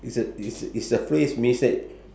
it's a it's a it's a phrase means that